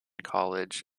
college